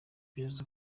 yavuze